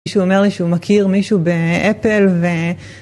מישהו אומר לי שהוא מכיר מישהו באפל ו...